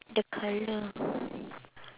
the colour